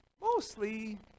mostly